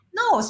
No